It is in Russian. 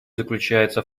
заключается